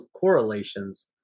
correlations